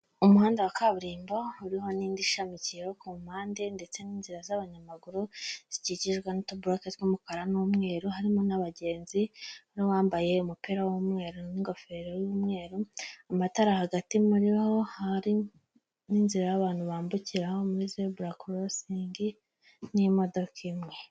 Umuhanda wa kaburimbo, uriho n'indi ishamikiyeho ku mpande ndetse n'inzira z'abanyamaguru zikikijwe n'utuboroke tw'umukara n'umweru, harimo n'abagenzi n'uwambaye umupira w'umweru n'ingofero y'umweru, amatara hagati muri ho, hari n'inzira y'abantu bambukiraho muri zebura korosingi n'imodoka imwe.